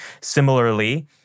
Similarly